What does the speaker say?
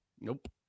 Nope